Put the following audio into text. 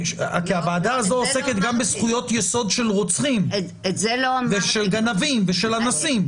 כי הוועדה הזו עוסקת גם בזכויות יסוד של רוצחים ושל גנבים ושל אנסים.